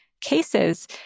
cases